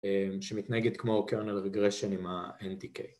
‫שמתנהגת כמו קרנל רגרשן ‫עם ה-NTK.